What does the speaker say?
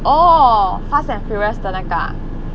oh fast and furious 的那个啊